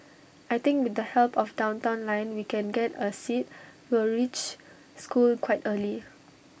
I think with the help of downtown line we can get A seat we'll reach school quite early